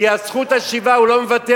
כי על זכות השיבה הוא לא מוותר.